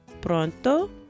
pronto